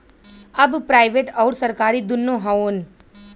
अब प्राइवेट अउर सरकारी दुन्नो हउवन